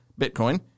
Bitcoin